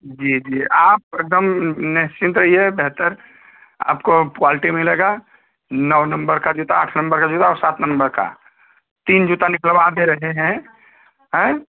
जी जी आप एकदम निश्चिंत रहिए बेहतर आपको क्वालटी मिलेगा नौ नंबर का जूता आठ नंबर का जूता और सात नंबर का तीन जूता निकलवा दे रहे हैं हैं